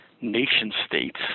nation-states